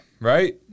right